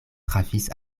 trafis